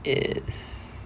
it's